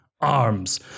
Arms